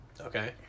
Okay